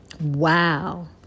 Wow